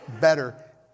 better